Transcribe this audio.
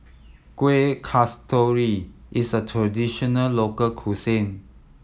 Kueh Kasturi is a traditional local cuisine